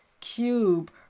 cube